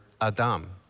Adam